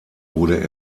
wurde